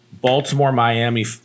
Baltimore-Miami